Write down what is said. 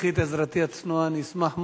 תצטרכי את עזרתי הצנועה, אני אשמח מאוד.